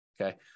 Okay